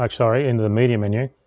like sorry, into the media menu,